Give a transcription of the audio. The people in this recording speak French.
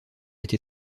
été